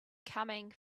coming